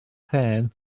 hen